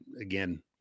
again